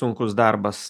sunkus darbas